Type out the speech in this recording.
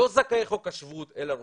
לא זכאי חוק השבות אלא רוסים.